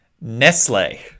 Nestle